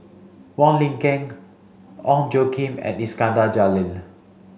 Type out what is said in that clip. Wong Lin Ken Ong Tjoe Kim and Iskandar Jalil